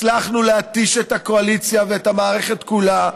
הצלחנו להתיש את הקואליציה ואת המערכת כולה,